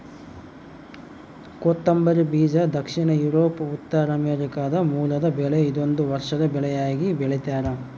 ಕೊತ್ತಂಬರಿ ಬೀಜ ದಕ್ಷಿಣ ಯೂರೋಪ್ ಉತ್ತರಾಮೆರಿಕಾದ ಮೂಲದ ಬೆಳೆ ಇದೊಂದು ವರ್ಷದ ಬೆಳೆಯಾಗಿ ಬೆಳ್ತ್ಯಾರ